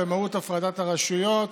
מהות הפרדת הרשויות